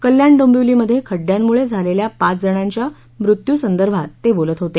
कल्याण डोंबिवलीमध्ये खड्ड्यामुळे झालेल्या पाच जणांच्या मृत्यू संदर्भात ते बोलत होते